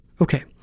okay